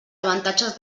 avantatges